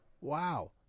Wow